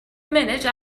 minute